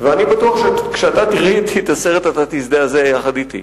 ואני בטוח שכשתראה אתי את הסרט אתה תזדעזע יחד אתי.